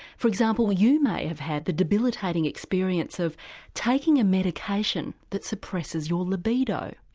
for example, you may have had the debilitating experience of taking a medication that suppresses your libido.